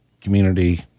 community